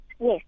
Yes